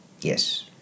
Yes